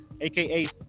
aka